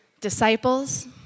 disciples